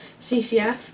CCF